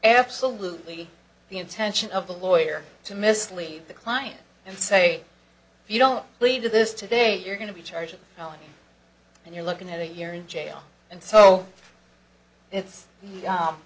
absolutely the intention of the lawyer to mislead the client and say if you don't plead to this today you're going to be charged felony and you're looking at a year in jail and so it's